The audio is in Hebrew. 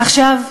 עכשיו,